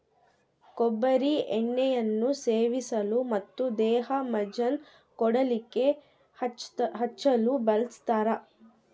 ಕೊಬ್ಬರಿ ಎಣ್ಣೆಯನ್ನು ಸೇವಿಸಲು ಮತ್ತು ದೇಹಮಜ್ಜನ ಕೂದಲಿಗೆ ಹಚ್ಚಲು ಬಳಸ್ತಾರ